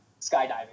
skydiving